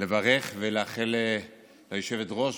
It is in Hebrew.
לברך ולאחל ליושבת-ראש,